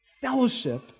fellowship